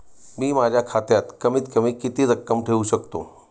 मी माझ्या खात्यात कमीत कमी किती रक्कम ठेऊ शकतो?